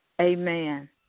Amen